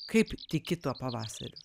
kaip tiki tuo pavasariu